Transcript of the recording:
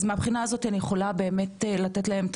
אז מהבחינה הזאת אני יכולה באמת לתת להם את